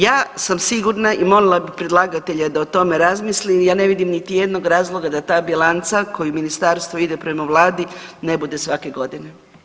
Ja sam sigurna i molila bi predlagatelja da o tome razmisli, ja ne vidim niti jednog razloga da ta bilanca koju ministarstvo ide prema vladi ne bude svake godine.